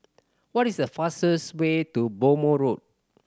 what is the fastest way to Bhamo Road